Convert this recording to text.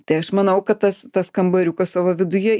tai aš manau kad tas tas kambariukas savo viduje